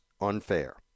unfair